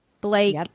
Blake